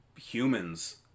humans